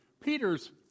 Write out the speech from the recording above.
Peter's